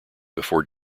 before